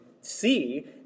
see